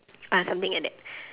uh something like that